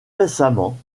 récemment